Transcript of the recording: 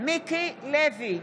מיקי לוי,